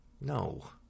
No